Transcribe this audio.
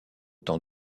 temps